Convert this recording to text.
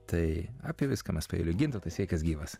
tai apie viską mes paeiliui gintautai sveikas gyvas